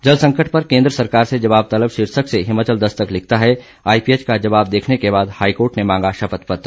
जलसंकट पर केंद्र सरकार से जवाब तलब शीर्षक से हिमाचल दस्तक लिखता है आईपीएच का जवाब देखने के बाद हाईकोर्ट ने मांगा शपथ पत्र